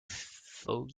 fleming